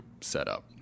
setup